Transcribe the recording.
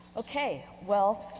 okay, well,